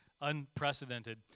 unprecedented